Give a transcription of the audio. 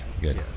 good